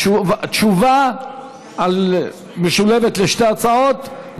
תשובה משולבת לשתי ההצעות,